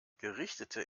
gerichtete